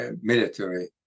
military